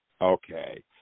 Okay